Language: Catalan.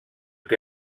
que